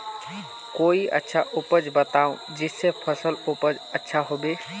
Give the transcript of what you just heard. कोई अच्छा उपाय बताऊं जिससे फसल उपज अच्छा होबे